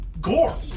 Gore